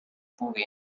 puguin